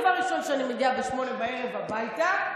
דבר ראשון כשאני מגיעה ב-20:00 הביתה,